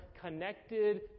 connected